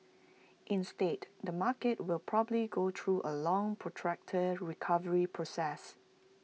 instead the market will probably go through A long protracted recovery process